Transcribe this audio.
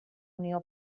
unió